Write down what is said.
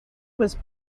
was